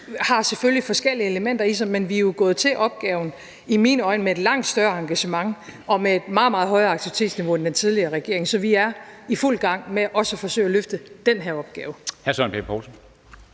har selvfølgelig forskellige elementer i sig, men vi er jo gået til opgaven med et i mine øjne langt større engagement og med et meget, meget højere aktivitetsniveau end den tidligere regering. Så vi er i fuld gang med også at forsøge at løfte den her opgave.